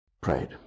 prayed